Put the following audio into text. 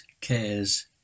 cares